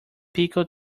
pickle